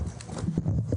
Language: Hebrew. הישיבה ננעלה בשעה 15:36.